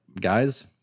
guys